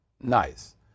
nice